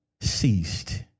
ceased